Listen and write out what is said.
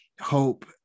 hope